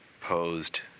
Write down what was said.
posed